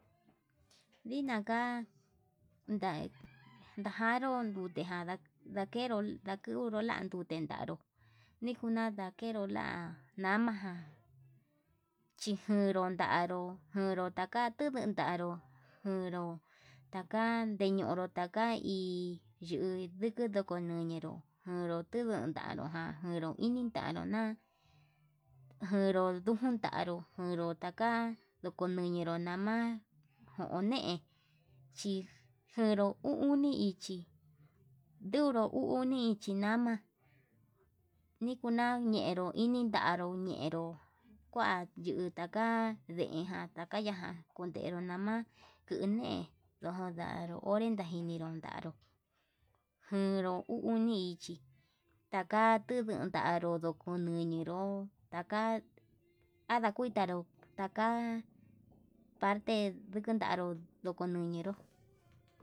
Ndinaka nda ndajaru nruté lakenro laknero nundan ndute la'a nró nikuna ndakenro la'a, namajan chikenru lanró kenro taka niken ndanró njero taka ndeñonro taka hi yuku ndiki ñoneró, njeru tunundanu ján njenró inin tanuna njenru ndujun tanruu njeru taka ndoko niñinru nama'a njone nijenru uu uni ichí nduru uu uni ichi nama, nikuna ñenru inindaru ñienró kua yuu taka deen jan ndakaya ján ndero nama'a kune ndodaro onré najiniro ndaro njeruu uu uni ichí, taka tikundaru kuneiru taka andakutaru taka parte ndikundaru ndoko niñinró.